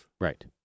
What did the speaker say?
Right